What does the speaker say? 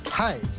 Hi